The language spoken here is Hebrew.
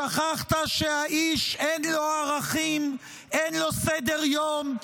שכחת שלאיש אין ערכים, אין סדר-יום,